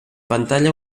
pantalla